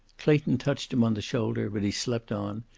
clayton touched him on the shoulder, but he slept on,